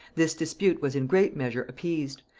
this dispute was in great measure appeased,